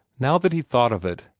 now that he thought of it,